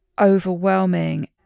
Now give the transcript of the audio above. overwhelming